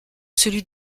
celui